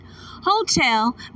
Hotel